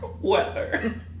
weather